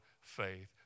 faith